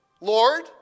Lord